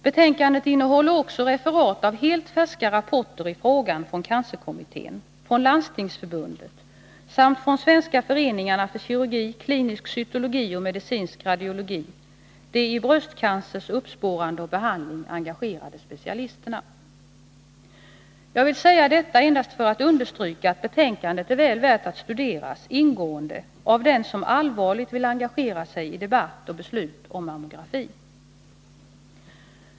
Betänkandet innehåller också referat av helt färska rapporter i frågan från cancerkommittén, Landstingsförbundet samt svenska föreningarna för kirurgi, klinisk cytologi och medicinsk radiologi — de i bröstcancers uppspårande och behandling engagerade specialisterna. Jag vill säga detta endast för att understryka att betänkandet är väl värt att studeras ingående av den som allvarligt vill engagera sig i debatt och beslut om mammografi.